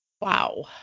Wow